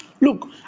Look